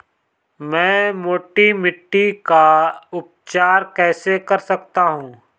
मैं मोटी मिट्टी का उपचार कैसे कर सकता हूँ?